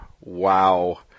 Wow